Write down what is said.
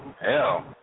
Hell